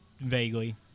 Vaguely